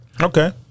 Okay